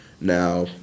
Now